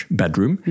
bedroom